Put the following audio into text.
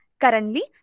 Currently